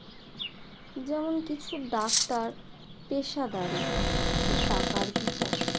যেমন কিছু ডাক্তার পেশাদারি ও টাকার পিশাচ